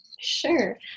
Sure